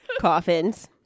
Coffins